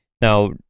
now